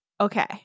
Okay